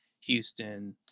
Houston